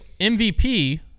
MVP